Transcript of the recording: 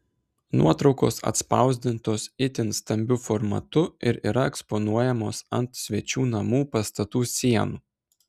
nuotraukos atspausdintos itin stambiu formatu ir yra eksponuojamos ant svečių namų pastatų sienų